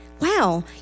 wow